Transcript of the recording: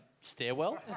stairwell